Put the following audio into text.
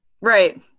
Right